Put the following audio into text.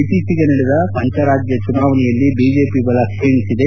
ಇತ್ತೀಚೆಗೆ ನಡೆದ ಪಂಚರಾಜ್ಯ ಚುನಾವಣೆಯಲ್ಲಿ ಬಿಜೆಪಿ ಬಲ ಕ್ಷೀಣಿಸಿದೆ